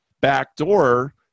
backdoor